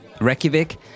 Reykjavik